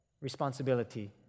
responsibility